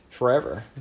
Forever